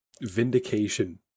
Vindication